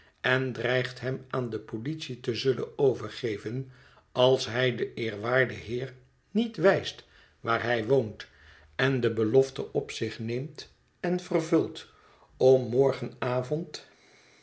vasten dreigt hem aan de politie te zullen overgeven als hij den eerwaarden heer niet wijst waar hij woont en de belofte op zich neemt en vervult om morgenavond